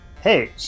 Hey